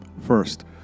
First